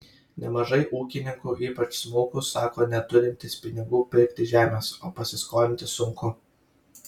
nemažai ūkininkų ypač smulkūs sako neturintys pinigų pirkti žemės o pasiskolinti sunku